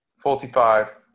forty-five